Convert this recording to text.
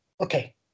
Okay